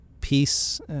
peace